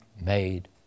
made